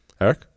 eric